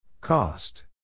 Cost